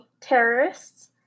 terrorists